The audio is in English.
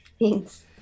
thanks